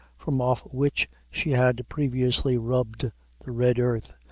from off which she had previously rubbed the red earth,